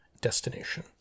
destination